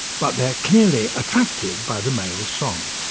but they're clearly attracted by the male's song.